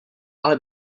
ale